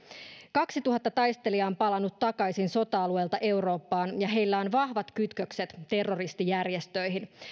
kaksituhatta taistelijaa on palannut takaisin sota alueelta eurooppaan ja ja heillä on vahvat kytkökset terroristijärjestöihin